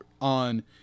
on